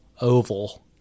oval